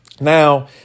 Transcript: Now